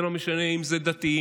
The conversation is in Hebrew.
זה לא משנה אם זה דתיים,